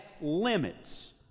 limits